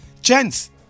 Gents